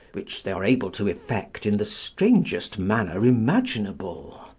which they are able to effect in the strangest manner imaginable.